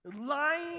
lying